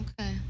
Okay